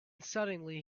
suddenly